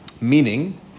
Meaning